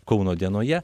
kauno dienoje